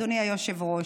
אדוני היושב-ראש.